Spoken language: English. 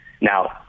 Now